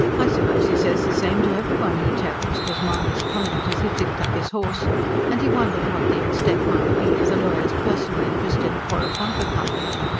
i suppose he says the same to everyone he tells, was mahony's comment as he flicked up his horse and he wondered what the extent might be of the lawyer's personal interest in the porepunkah company.